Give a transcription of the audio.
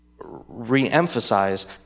re-emphasize